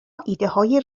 ایدههای